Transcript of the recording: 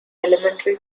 elementary